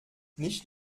nicht